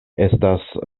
estas